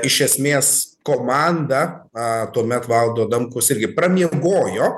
iš esmės komanda a tuomet valdo adamkus irgi pramiegojo